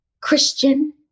Christian